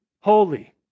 holy